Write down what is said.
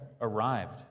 arrived